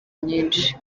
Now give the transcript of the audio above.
nyinshi